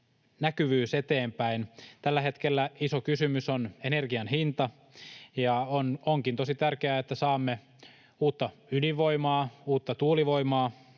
näkyvyys eteenpäin. Tällä hetkellä iso kysymys on energian hinta. Onkin tosi tärkeää, että saamme uutta ydinvoimaa ja uutta tuulivoimaa